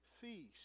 feast